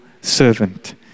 servant